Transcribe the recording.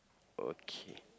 okay